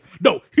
No